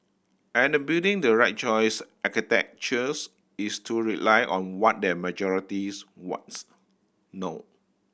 and building the right choice architectures is to rely on what the majorities wants no